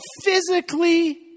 physically